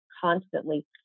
constantly